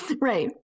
Right